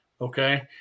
Okay